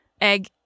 Egg